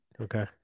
Okay